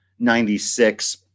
96